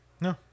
No